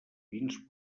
vins